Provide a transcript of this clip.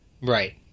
Right